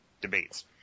debates